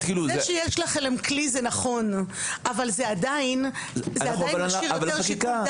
זה שיש לכם כלי זה נכון אבל זה עדיין משאיר יותר שיקול